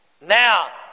Now